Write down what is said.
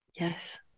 Yes